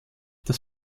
das